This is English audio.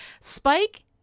Spike